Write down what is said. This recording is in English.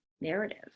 narrative